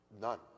none